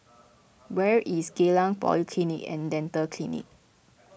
where is Geylang Polyclinic and Dental Clinic